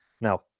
Now